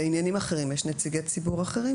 לעניינים אחרים יש נציגי ציבור אחרים